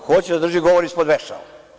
Hoće da drži govor ispod vešala.